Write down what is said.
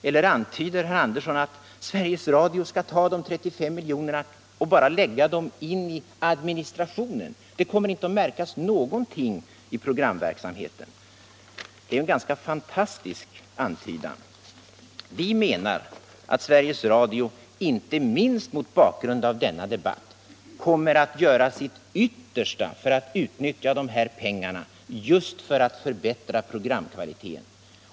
Eller antyder herr Andersson att Sveriges Radio bara skulle lägga de 35 miljonerna på administrationen och att det inte skulle märkas någonting i programverksamheten? Det är en ganska fantastisk antydan. Vi menar att Sveriges Radio inte minst mot bakgrund av denna debatt kommer att göra sitt yttersta för att utnyttja dessa pengar just för att förbättra programkvaliteten.